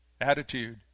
Attitude